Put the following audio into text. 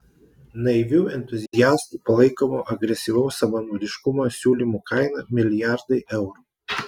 naivių entuziastų palaikomo agresyvaus savanaudiškumo siūlymų kaina milijardai eurų